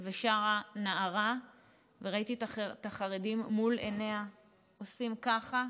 ושרה נערה וראיתי את החרדים מול עיניה עושים כך.